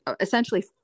essentially